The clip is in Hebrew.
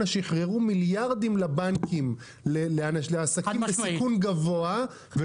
שחררו מיליארדים לבנקים לעסקים בסיכון גבוה,